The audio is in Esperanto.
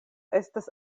estas